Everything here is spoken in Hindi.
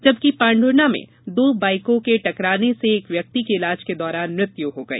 जबकि पांढुर्णा में दो बाईको के टकराने से एक व्यक्ति की इलाज के दौरान मृत्यु हो गई